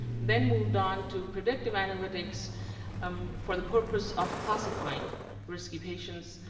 then moved on to predictive analytics um for the purpose of classifying risky patients,